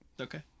Okay